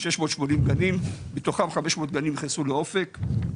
680 גנים, מתוכם 500 גנים נכנסו לאופק,